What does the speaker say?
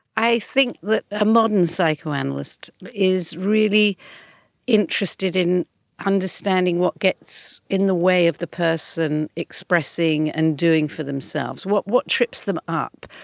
i think that a modern psychoanalyst is really interested in understanding what gets in the way of the person expressing and doing for themselves. what what trips them up,